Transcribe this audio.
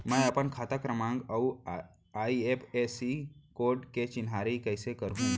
मैं अपन खाता क्रमाँक अऊ आई.एफ.एस.सी कोड के चिन्हारी कइसे करहूँ?